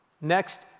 Next